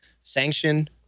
Sanction